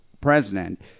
president